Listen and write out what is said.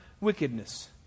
wickedness